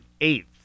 eighth